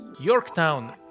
Yorktown